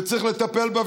וצריך לטפל בה,